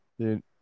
Dude